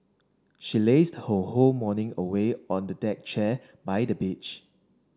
she lazed her whole morning away on a deck chair by the beach